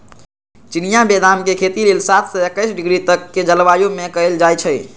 चिनियाँ बेदाम के खेती लेल सात से एकइस डिग्री तक के जलवायु में कएल जाइ छइ